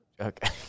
okay